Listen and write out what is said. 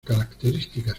características